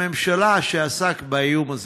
שעסק באיום הזה?